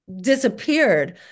disappeared